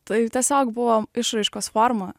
tai tiesiog buvo išraiškos forma